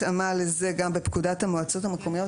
התאמה לזה גם בפקודת המועצות המקומיות,